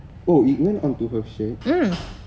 oh it went onto her shirt